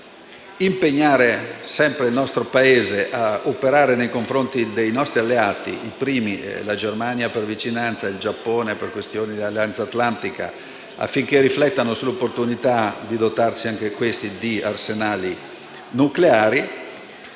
di impegnare il nostro Paese a operare nei confronti dei nostri alleati - la Germania per vicinanza e il Giappone per questioni di alleanza atlantica - affinché riflettano sull'opportunità di dotarsi anch'essi di arsenali nucleari.